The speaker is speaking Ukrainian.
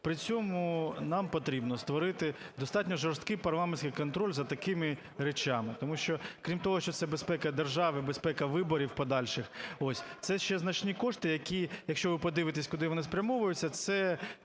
при цьому нам потрібно створити достатньо жорсткий парламентський контроль за такими речами, тому що крім того, що це безпека держави, безпека виборів подальших ось, це ще значні кошти, які, якщо ви подивитесь, куди вони спрямовуються, це